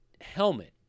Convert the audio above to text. helmet